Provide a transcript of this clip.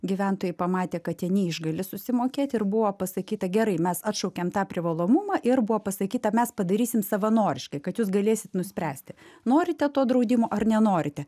gyventojai pamatė kad jie neišgali susimokėt ir buvo pasakyta gerai mes atšaukiam tą privalomumą ir buvo pasakyta mes padarysim savanoriškai kad jūs galėsit nuspręsti norite to draudimo ar nenorite